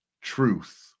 truth